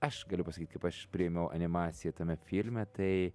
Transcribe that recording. aš galiu pasakyt kaip aš priėmiau animaciją tame filme tai